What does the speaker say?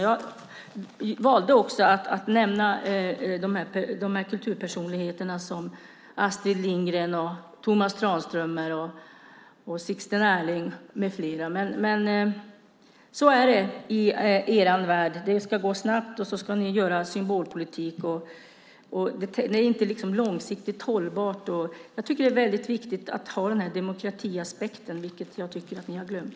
Jag valde också att nämna kulturpersonligheter som Astrid Lindgren, Tomas Tranströmer, Sixten Ehrling med flera. Så är det i er värld. Det ska gå snabbt, och ni ska föra en symbolpolitik. Det är inte långsiktigt hållbart. Jag tycker att det är viktigt att ha denna demokratiaspekt, vilket jag tycker att ni har glömt.